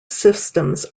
systems